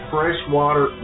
Freshwater